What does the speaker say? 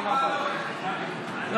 לא.